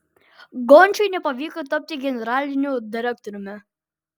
gončiui nepavyko tapti generaliniu direktoriumi